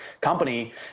company